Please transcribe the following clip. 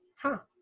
huh?